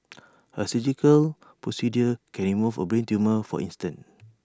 A surgical procedure can remove A brain tumour for instance